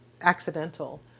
accidental